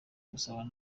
gusabana